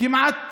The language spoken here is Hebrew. כמעט